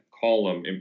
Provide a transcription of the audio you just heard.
column